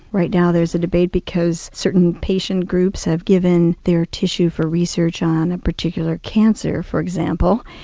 right now there's a debate because certain patient groups have given their tissue for research on a particular cancer, for example,